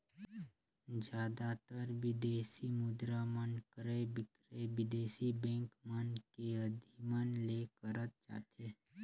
जादातर बिदेसी मुद्रा मन क्रय बिक्रय बिदेसी बेंक मन के अधिमन ले करत जाथे